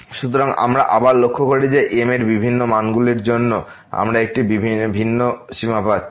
সুতরাং আমরা আবার লক্ষ্য করি যে m এরবিভিন্ন মানগুলির জন্য আমরা একটি ভিন্ন সীমা পাচ্ছি